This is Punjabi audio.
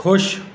ਖੁਸ਼